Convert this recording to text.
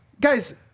guys